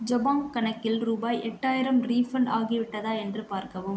ஜபாங் கணக்கில் ரூபாய் எட்டாயிரம் ரீஃபண்ட் ஆகிவிட்டதா என்று பார்க்கவும்